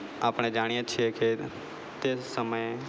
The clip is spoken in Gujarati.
આપણે જાણીએ છીએ કે તે સમયે